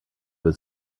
was